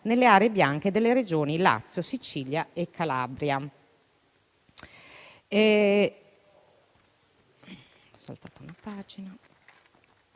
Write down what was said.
nelle aree bianche delle Regioni Lazio, Sicilia e Calabria.